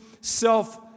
self